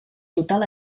total